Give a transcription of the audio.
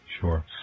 Sure